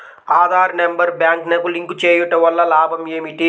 Aadhaar number బ్యాంక్నకు link చేయుటవల్ల లాభం ఏమిటి?